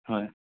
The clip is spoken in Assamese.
হয়